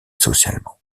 socialement